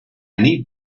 need